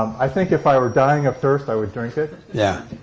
i think if i were dying of thirst, i would drink it. yeah.